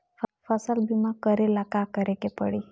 फसल बिमा करेला का करेके पारी?